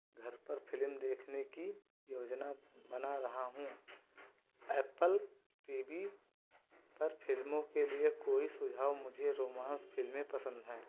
घर पर फिलिम देखने की योजना बना रहा हूँ एप्पल टी बी पर फिल्मों के लिए कोई सुझाव मुझे रोमांस फिल्में पसंद हैं